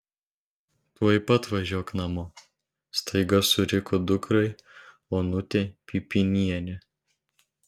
tuoj pat važiuok namo staiga suriko dukrai onutė pipynienė